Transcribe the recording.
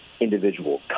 individual